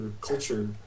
culture